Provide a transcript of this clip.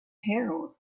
herald